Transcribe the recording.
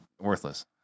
worthless